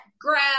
grab